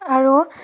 আৰু